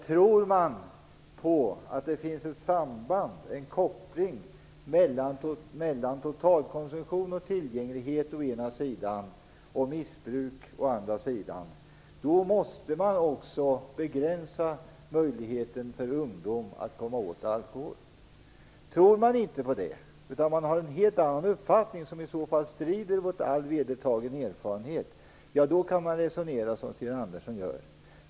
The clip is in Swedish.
Tror man att det finns en koppling mellan totalkonsumtion och tillgänglighet å ena sidan och missbruk å andra sidan, måste man begränsa ungdomens möjligheter att komma åt alkohol. Om man inte tror på det utan har en helt annan uppfattning - vilken i så fall strider mot all vedertagen erfarenhet - kan man resonera som Sten Andersson gör.